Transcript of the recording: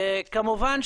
כמובן,